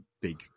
big